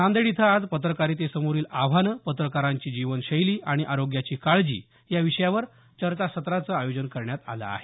नांदेड इथं आज पत्रकारितेसमोरील आव्हानं पत्रकारांची जीवनशैली आणि आरोग्याची काळजी या विषयावर चर्चासत्राचं आयोजन करण्यात आलं आहे